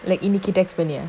like indicated soon ya